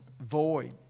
void